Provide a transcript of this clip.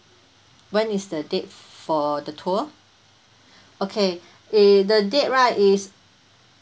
when is the date for the tour okay eh the date right is